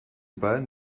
bayern